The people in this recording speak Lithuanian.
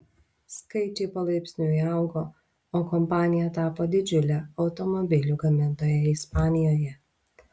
skaičiai palaipsniui augo o kompanija tapo didžiule automobilių gamintoja ispanijoje